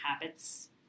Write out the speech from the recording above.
habits